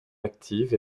actives